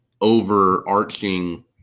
overarching